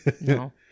No